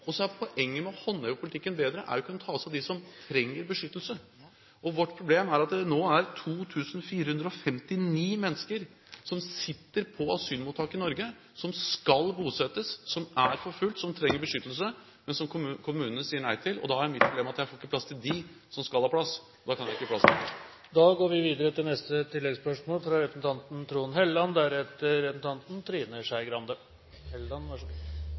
Poenget med å håndheve politikken bedre, er å kunne ta oss av dem som trenger beskyttelse. Vårt problem er at det nå er 2 459 mennesker som sitter i asylmottak i Norge, som skal bosettes, som er forfulgt, og som trenger beskyttelse, men som kommunene sier nei til. Da er mitt problem at jeg får ikke plass til dem som skal ha plass. Da kan jeg ikke … Trond Helleland – til